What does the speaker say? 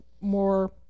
more